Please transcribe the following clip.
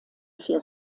vier